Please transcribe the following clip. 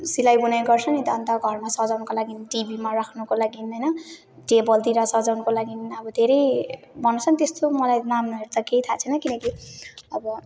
सिलाइबुनाइ गर्छ नि त अन्त घरमा सजाउनको लागि टिभीमा राख्नको लागि होइन टेबलतिर सजाउनको लागि अब धेरै बनाउँछन् त्यस्तो मलाई नामहरू त केही थाहा छैन किनकि अब